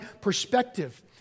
perspective